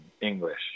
English